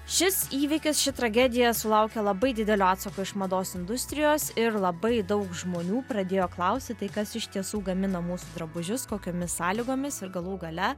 šis įvykis ši tragedija sulaukė labai didelio atsako iš mados industrijos ir labai daug žmonių pradėjo klausti tai kas iš tiesų gamina mūsų drabužius kokiomis sąlygomis ir galų gale